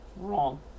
Wrong